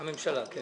הממשלה, כן.